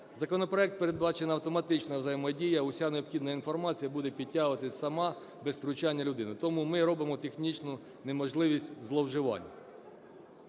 законопроекті передбачена автоматична взаємодія, вся необхідна інформація буде підтягуватися сама, без втручання людини, тому ми робимо технічну неможливість зловживань.